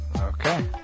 Okay